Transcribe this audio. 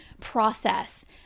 process